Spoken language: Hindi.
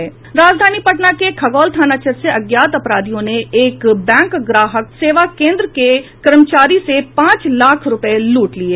राजधानी पटना के खगौल थाना क्षेत्र से अज्ञात अपराधियों ने एक बैंक ग्राहक सेवा केन्द्र के कर्मचारी से पांच लाख रुपये लूट लिये